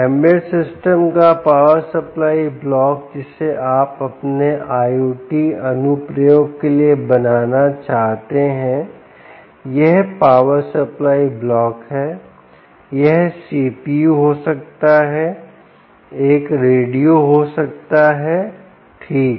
embedded system का power supply block जिसे आप अपने IOT अनुप्रयोग के लिए बनाना चाहते हैं यह पावर सप्लाई ब्लॉक है यह CPU हो सकता है एक रेडियो हो सकता है ठीक